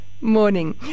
Morning